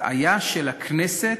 הטעיה של הכנסת